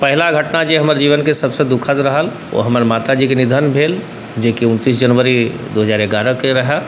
पहिला घटना जे हमर जीवनके सबसँ दुखद रहल ओ हमर माताजीके निधन भेल जेकि उनतिस जनवरी दुइ हजार एगारहके रहै